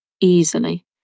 easily